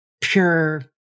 pure